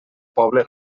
poble